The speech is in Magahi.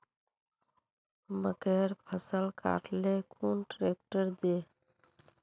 मकईर फसल काट ले कुन ट्रेक्टर दे?